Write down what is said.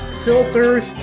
filters